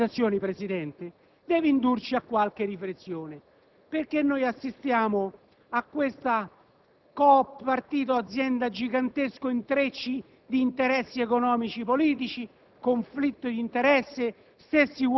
Proprio la vicenda delle liberalizzazioni Presidente, devo indurci a qualche riflessione. Assistiamo a questa coop partito-azienda, con giganteschi intrecci d'interessi economici‑politici